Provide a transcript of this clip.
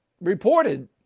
reported